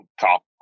top